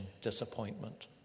disappointment